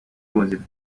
muzika